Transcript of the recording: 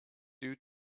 due